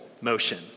motion